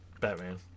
Batman